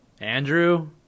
Andrew